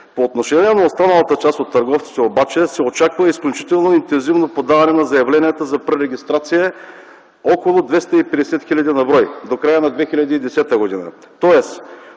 По отношение на останалата част от търговците се очаква изключително интензивно подаване на заявленията за пререгистрация – около 250 хиляди на брой, до края на 2010 г.,